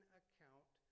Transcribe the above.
account